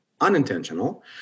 unintentional